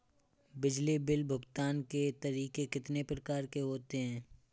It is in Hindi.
बिजली बिल भुगतान के तरीके कितनी प्रकार के होते हैं?